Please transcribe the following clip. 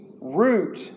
root